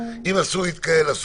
אם אסור להתקהל, אסור.